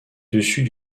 dessus